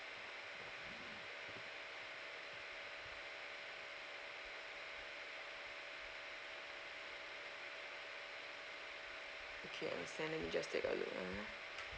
okay understand let me just take a look ah